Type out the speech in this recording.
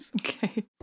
Okay